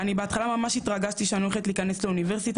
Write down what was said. אני בהתחלה ממש התרגשתי שאני הולכת להיכנס לאוניברסיטה,